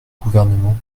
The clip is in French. gouvernement